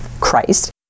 Christ